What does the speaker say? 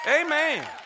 Amen